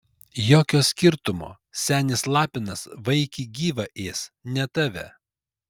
jokio skirtumo senis lapinas vaikį gyvą ės ne tave